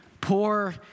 poor